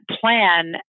plan